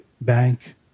bank